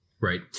Right